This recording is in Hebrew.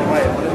חברי השרים